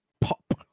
pop